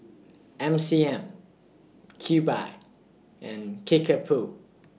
M C M Cube I and Kickapoo